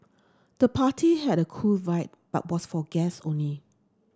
the party had a cool vibe but was for guests only